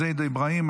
מזיאד אבראהים,